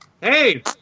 Hey